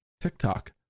TikTok